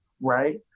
right